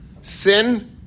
sin